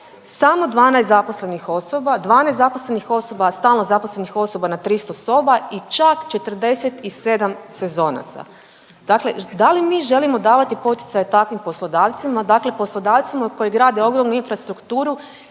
samo 12 zaposlenih osoba, 12 zaposlenih osoba stalno zaposlenih osoba na 300 soba i čak 47 sezonaca. Dakle, da li mi želimo davati poticaj takvim poslodavcima, poslodavcima koji grade ogromnu infrastrukturu